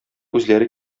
үзләре